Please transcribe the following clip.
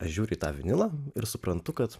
žiūri uį tą vinilą ir suprantu kad